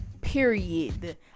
period